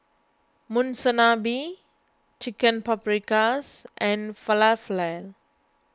Monsunabe Chicken Paprikas and Falafel